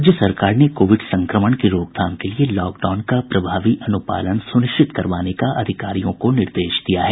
राज्य सरकार ने कोविड संक्रमण की रोकथाम के लिए लॉकडाउन का प्रभावी अनुपालन सुनिश्चित करवाने का अधिकारियों को निर्देश दिया है